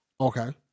Okay